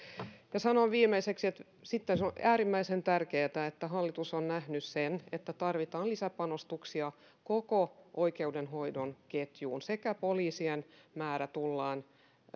sanon viimeiseksi että on äärimmäisen tärkeätä että hallitus on nähnyt sen että tarvitaan lisäpanostuksia koko oikeudenhoidon ketjuun poliisien määrää tullaan